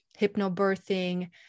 hypnobirthing